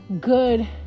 good